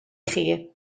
chi